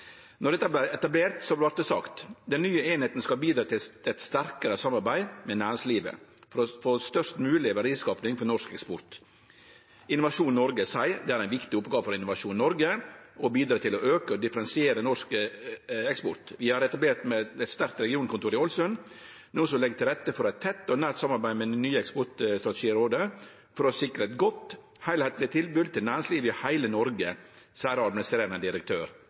det sagt at den nye eininga skal bidra til eit sterkare samarbeid med næringslivet for størst mogleg verdiskaping for norsk eksport: «Det er en viktig oppgave for Innovasjon Norge å bidra til å øke og differensiere norsk eksport. Vi er etablert med et sterkt regionkontor i Ålesund, noe som legger til rette for et tett og nært samarbeid med det nye Eksportstrategirådet for å sikre et godt, helhetlig tilbud til næringslivet i hele Norge, sier administrerende direktør